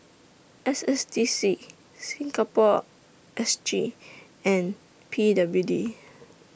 S S D C Singapore S G and P W D